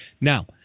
Now